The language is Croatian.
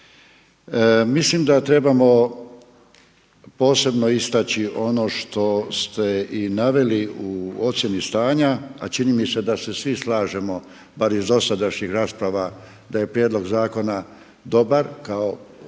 Mislim da trebamo posebno istaći ono što ste i naveli u ocjeni stanja, a čini mi se da se svi slažemo bar iz dosadašnjih rasprava da je prijedlog zakona dobar kao